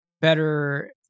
better